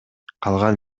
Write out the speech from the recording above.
калган